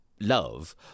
love